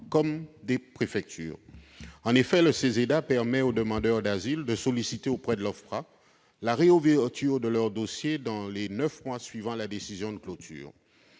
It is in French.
celle des préfectures. En effet, le CESEDA permet aux demandeurs d'asile de solliciter auprès de l'OFPRA la réouverture de leur dossier, dans les neuf mois suivant la décision de clôture.